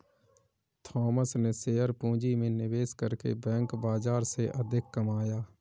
Thomas ने शेयर पूंजी में निवेश करके बैंक ब्याज से अधिक कमाया